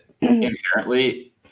inherently